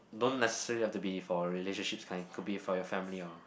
don't necessarily have to be for relationships kind could be for your family or